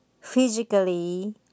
physically